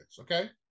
okay